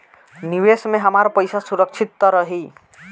निवेश में हमार पईसा सुरक्षित त रही?